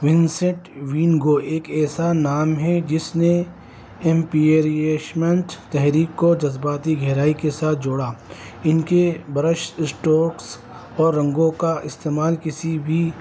ونسٹ van Gogh ایک ایسا نام ہے جس نے ایمپیریشمنچ تحریک کو جذباتی گہرائی کے ساتھ جوڑا ان کے برش اسٹوکس اور رنگوں کا استعمال کسی بھی